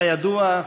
כידוע,